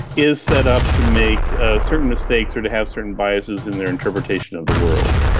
is set up to make ah certain mistakes or to have certain bias is in their interpretation of the world.